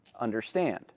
understand